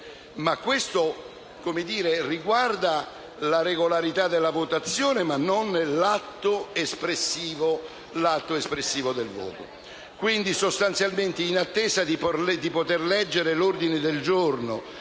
Ciò riguarda la regolarità della votazione, ma non l'atto espressivo del voto. Sostanzialmente, in attesa di poter leggere l'ordine del giorno